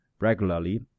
regularly